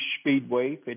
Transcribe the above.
Speedway